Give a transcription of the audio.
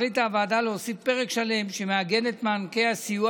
החליטה הוועדה להוסיף פרק שלם שמעגן את מענקי הסיוע